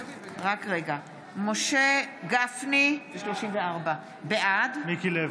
(קוראת בשם חבר הכנסת) משה גפני, בעד מיקי לוי.